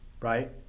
right